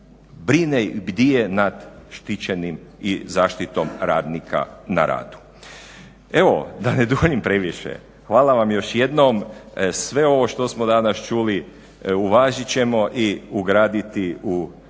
brine i bdije nad štićenim i zaštitom radnika na radu. Evo da ne duljim previše, hvala vam još jednom. Sve ovo što smo danas čuli uvažit ćemo i ugraditi u